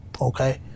okay